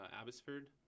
Abbotsford